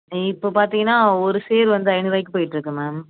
இப்போது பார்த்தீங்கனா ஒரு சீர் வந்து ஐந்நூறுரூவாய்க்கு போய்விட்டு இருக்குது மேம்